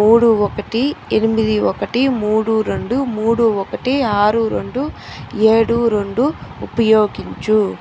మూడు ఒకటి ఎనిమిది ఒకటి మూడు రెండు మూడు ఒకటి ఆరు రెండు ఏడు రెండు ఉపయోగించు